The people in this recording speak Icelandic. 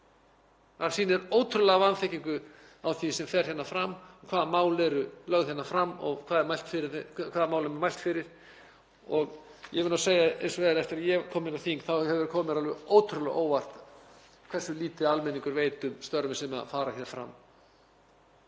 Það sýnir ótrúlega vanþekkingu á því sem fer hérna fram, hvaða mál eru lögð fram og hvaða málum er mælt fyrir. Ég verð að segja eins og er að eftir að ég kom inn á þing hefur komið mér alveg ótrúlega á óvart hversu lítið almenningur veit um störfin sem fara hér fram